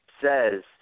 says